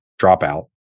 dropout